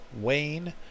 Wayne